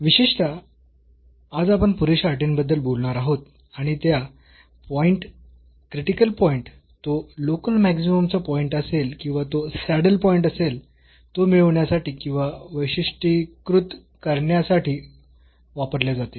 विशेषतः आज आपण पुरेशा अटींबद्दल बोलणार आहोत आणि त्या पॉईंट क्रिटिकल पॉईंट तो लोकल मॅक्सिममचा पॉईंट असेल किंवा तो सॅडल पॉईंट असेल तो मिळविण्यासाठी किंवा वैशिष्ट्यीकृत करण्यासाठी वापरल्या जातील